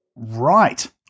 Right